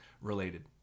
related